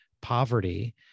poverty